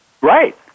Right